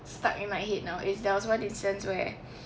stuck in my head now is there was one instance where